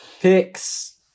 Picks